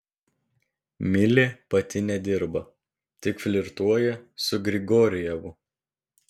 milė pati nedirba tik flirtuoja su grigorjevu